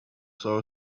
saw